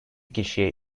kişiye